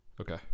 Okay